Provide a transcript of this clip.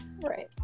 Right